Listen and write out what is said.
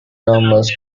numbers